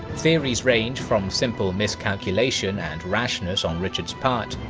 theories range from simple miscalculation and rashness on richard's part,